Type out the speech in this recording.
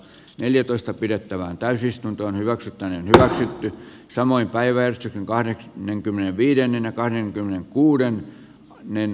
neljätoista pidettävään täysistunto hyväksyttäneen kaksi ja samoin päivän kahden men kymmenen pienenä kahdenkymmenenkuuden niin